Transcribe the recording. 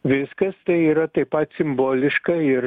viskas tai yra taip pat simboliška ir